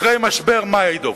אחרי משבר מיידוף,